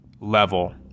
level